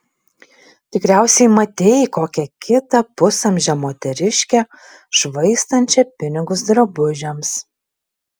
tikriausiai matei kokią kitą pusamžę moteriškę švaistančią pinigus drabužiams